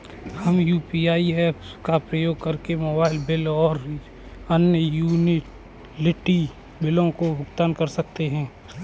हम UPI apps का उपयोग करके मोबाइल बिल और अन्य यूटिलिटी बिलों का भुगतान कर सकते हैं